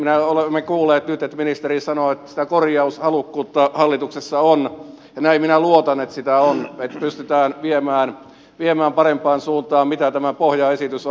me olemme kuulleet nyt että ministeri sanoi että sitä korjaushalukkuutta hallituksessa on ja näin minä luotan että sitä on että pystytään tätä viemään parempaan suuntaan siitä mitä tämä pohjaesitys on